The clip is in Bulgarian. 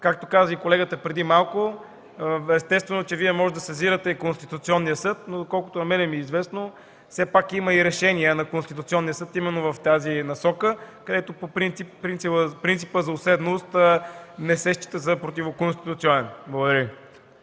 както каза и колегата преди малко. Естествено, че Вие може да сезирате и Конституционния съд, но доколкото на мен ми е известно все пак има и решения на Конституционния съд именно в тази насока, където принципът за уседналост не се счита за противоконституционен. Благодаря